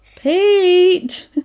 Pete